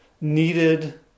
needed